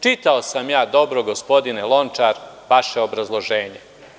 Čitao sam dobro gospodine Lončar vaše obrazloženje.